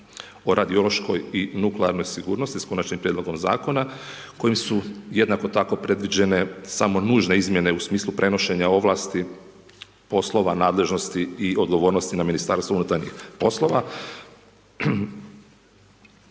o radiološkoj i nuklearnog sigurnosti s konačnim prijedlogom zakonima su jednako tako predviđene samo nužne izmjene u smislu prenošenje ovlasti poslova nadležnosti i odgovornosti na Ministarstvo unutarnjih poslova.